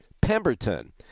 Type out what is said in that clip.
Pemberton